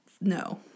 No